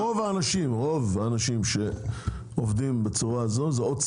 רוב האנשים שעובדים בצורה הזאת,